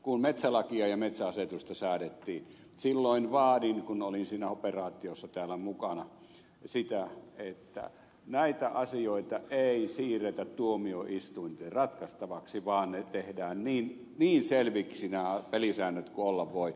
kun metsälakia ja metsäasetusta säädettiin silloin vaadin kun olin siinä operaatiossa täällä mukana että näitä asioita ei siirretä tuomioistuinten ratkaistavaksi vaan nämä pelisäännöt tehdään niin selviksi kuin olla voi